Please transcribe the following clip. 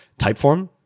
Typeform